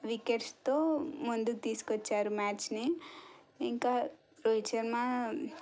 వికెట్స్తో ముందుకు తీసుకొచ్చారు మ్యాచ్ని ఇంకా రోహిత్ శర్మా